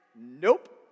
Nope